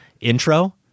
intro